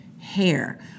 hair